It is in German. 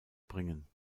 bringen